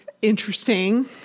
Interesting